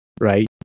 right